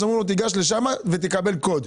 אומרים לו גש לשם ותקבל קוד.